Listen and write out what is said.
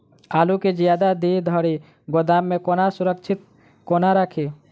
आलु केँ जियादा दिन धरि गोदाम मे कोना सुरक्षित कोना राखि?